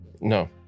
No